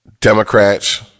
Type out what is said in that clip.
Democrats